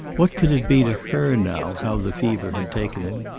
what could it be to her now how the fever had taken him,